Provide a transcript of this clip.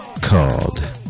called